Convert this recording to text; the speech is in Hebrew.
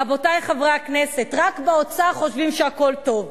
רבותי חברי הכנסת, רק באוצר חושבים שהכול טוב.